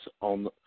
on